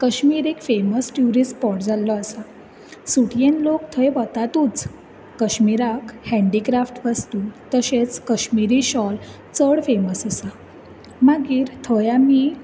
कश्मीर एक famous tourist spot जाल्लो आसा सुटयेंत लोक थंय वतातूच कश्मीराक हॅन्डीक्राफ्ट वस्तू तशेंच कश्मीरी शॉल चड फॅमस आसा मागीर थंय आमी